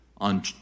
on